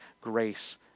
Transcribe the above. grace